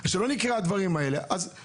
אבל הדברים האלה לא קורים.